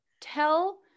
tell